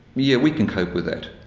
yeah, we can cope with that.